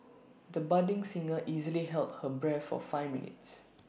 the budding singer easily held her breath for five minutes